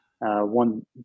One